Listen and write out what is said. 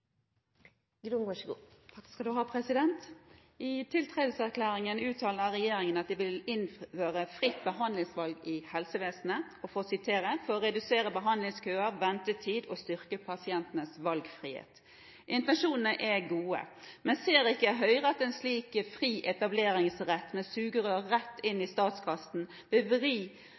I tiltredelseserklæringen uttaler regjeringen at de vil innføre fritt behandlingsvalg i helsevesenet for «å redusere behandlingskøer og ventetid, og å styrke pasientenes valgfrihet». Intensjonene er gode. Men ser ikke Høyre at en slik fri etableringsrett, med sugerør rett inn i